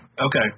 Okay